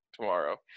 tomorrow